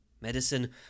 Medicine